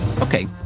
Okay